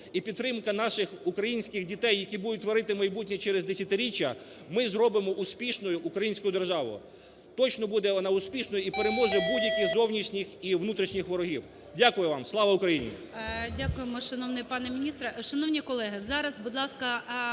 і підтримка наших українських дітей, які будуть творити майбутнє через десятиріччя, ми зробимо успішною українську державу. Точно буде вона успішною і переможе будь-яких зовнішніх і внутрішніх ворогів. Дякую вам. Слава Україні!